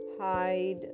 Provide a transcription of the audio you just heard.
hide